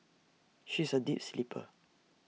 she is A deep sleeper